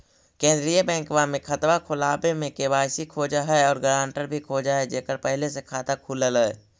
केंद्रीय बैंकवा मे खतवा खोलावे मे के.वाई.सी खोज है और ग्रांटर भी खोज है जेकर पहले से खाता खुलल है?